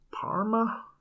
Parma